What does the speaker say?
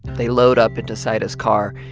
they load up into zaida's car.